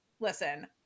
listen